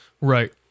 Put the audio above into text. right